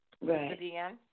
Right